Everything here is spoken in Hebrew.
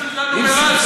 נומרטור.